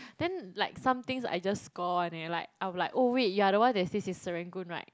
then like some things I just score [one] eh like I'm like oh wait you're the one that stays in Serangoon right